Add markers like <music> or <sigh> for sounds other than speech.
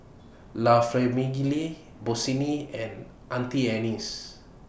<noise> La Famiglia Bossini and Auntie Anne's